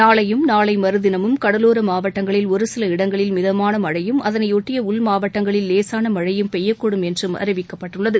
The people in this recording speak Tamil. நாளையும் நாளை மறுதினமும் கடலோர மாவட்டங்களில் ஒருசில இடங்களில் மிதமான மழையும் அதனையொட்டிய உள்மாவட்டங்களில் லேசான மழையும் பெய்யக்கூடும் என்றும் அறிவிக்கப்பட்டுள்ளது